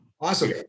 awesome